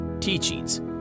teachings